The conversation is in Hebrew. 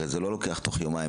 הרי זה לא לוקח תוך יומיים,